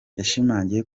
yashimangiye